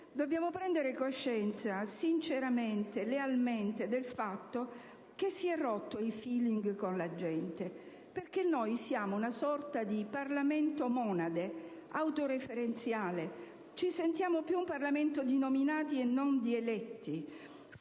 Dobbiamo prendere coscienza sinceramente e lealmente del fatto che si è rotto il *feeling* con la gente, perché noi siamo una sorta di Parlamento monade, autoreferenziale; ci sentiamo un Parlamento di nominati più che di eletti.